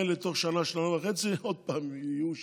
ה-2,000 האלה בתוך שנה או שנה וחצי עוד פעם יהיו שם,